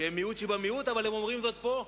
שהם מיעוט שבמיעוט אבל הם אומרים זאת פה: